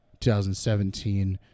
2017